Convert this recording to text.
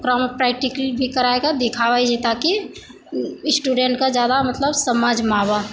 ओकरामे प्रैक्टिकल भी कराय कए देखाबै छै ताकि स्टूडेंटके जादा मतलब समझमे आबै